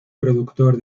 productor